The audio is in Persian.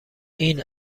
این